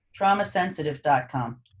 Traumasensitive.com